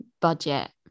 budget